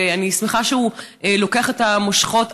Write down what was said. אני שמחה שהוא לוקח את המושכות,